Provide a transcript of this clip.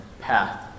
path